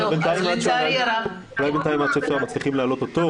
עד שמצליחים להעלות אותו,